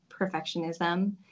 perfectionism